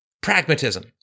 pragmatism